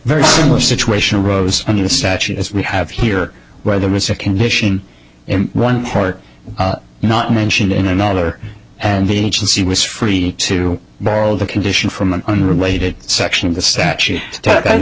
very similar situation arose under the statute as we have here whether it's a condition in one part not mentioned in another and the agency was free to borrow the condition from an unrelated section of the statute